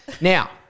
Now